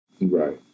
Right